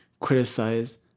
criticize